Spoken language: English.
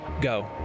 go